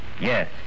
Yes